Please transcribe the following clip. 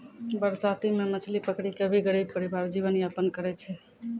बरसाती मॅ मछली पकड़ी कॅ भी गरीब परिवार जीवन यापन करै छै